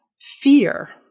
fear